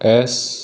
S